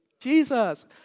Jesus